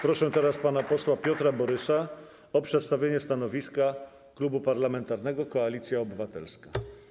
Proszę teraz pana posła Piotra Borysa o przedstawienie stanowiska Klubu Parlamentarnego Koalicja Obywatelska.